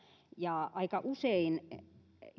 ja aika usein